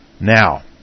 Now